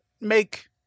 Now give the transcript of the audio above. make